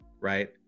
right